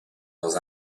dans